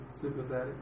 Sympathetic